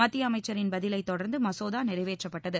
மத்திய அமைச்சரின் பதிலை தொடர்ந்து மசோதா நிறைவேற்றப்பட்டது